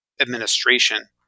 administration